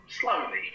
slowly